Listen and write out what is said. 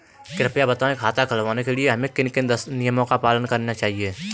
कृपया बताएँ खाता खुलवाने के लिए हमें किन किन नियमों का पालन करना चाहिए?